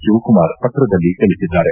ಶಿವಕುಮಾರ್ ಪತ್ರದಲ್ಲಿ ತಿಳಿಸಿದ್ದಾರೆ